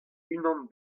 unan